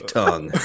tongue